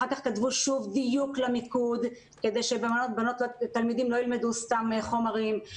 אחר כך כתבו שוב דיוק למיקוד כדי שתלמידים לא ילמדו סתם חומרים,